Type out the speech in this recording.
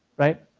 right?